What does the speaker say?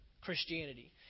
Christianity